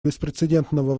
беспрецедентного